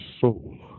soul